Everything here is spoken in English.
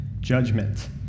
judgment